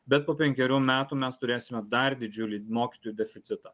bet po penkerių metų mes turėsime dar didžiulį mokytojų deficitą